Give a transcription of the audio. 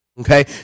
okay